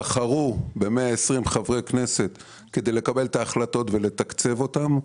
בחרו ב-120 חברי כנסת כדי לקבל את ההחלטות ולתקצב אותן?